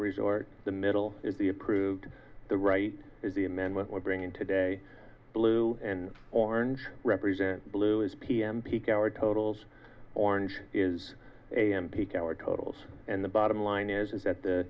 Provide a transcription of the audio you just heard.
resort the middle is the approved the right is the amendment we're bringing today blue and orange represent blue is pm peak hour totals orange is am peak hour totals and the bottom line is is that the